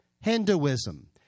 Hinduism